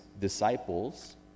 disciples